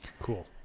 Cool